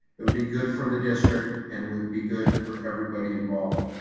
it would be good for the district and it would be good for everybody involved.